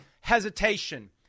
hesitation